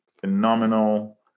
phenomenal